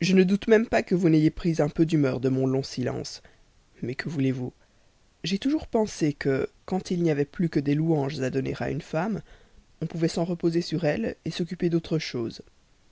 je ne doute même pas que vous n'ayez pris un peu d'humeur de mon long silence mais que voulez-vous j'ai toujours pensé que quand il n'y avait plus que des louanges à donner à une femme on pouvait s'en reposer sur elle s'occuper d'autre chose